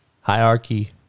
hierarchy